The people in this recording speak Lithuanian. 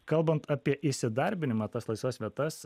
kalbant apie įsidarbinimą tas laisvas vietas